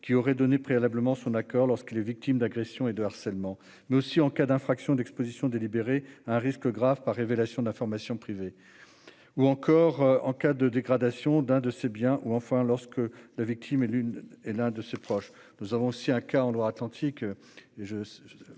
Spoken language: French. qui aurait donné préalablement son accord lorsqu'il est victime d'agressions et de harcèlement, nous aussi, en cas d'infraction d'Exposition délibéré un risque grave par révélation d'informations privées ou encore en cas de dégradation d'un de ses biens ou enfin lorsque la victime est l'une et l'un de ses proches, nous avons si un cas en Loire-Atlantique